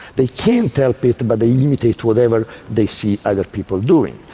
they can't help it but they imitate whatever they see other people doing.